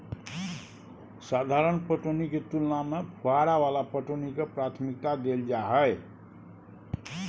साधारण पटौनी के तुलना में फुहारा वाला पटौनी के प्राथमिकता दैल जाय हय